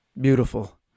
beautiful